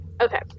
Okay